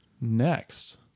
next